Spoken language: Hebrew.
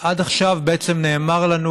עד עכשיו נאמר לנו